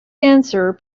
dancer